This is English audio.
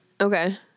Okay